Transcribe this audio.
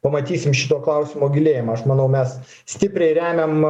pamatysim šito klausimo gilėjimą aš manau mes stipriai remiam